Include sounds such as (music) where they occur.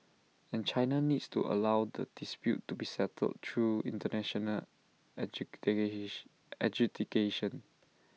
and China needs to allow the dispute to be settled through International (unintelligible) adjudication